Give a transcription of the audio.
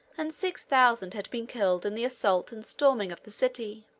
and six thousand had been killed in the assault and storming of the city.